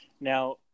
Now